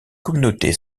communauté